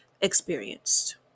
experienced